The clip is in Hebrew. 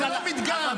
למה זה כואב לכם?